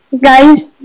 guys